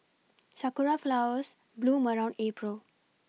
sakura flowers bloom around April